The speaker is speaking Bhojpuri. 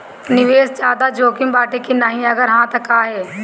निवेस ज्यादा जोकिम बाटे कि नाहीं अगर हा तह काहे?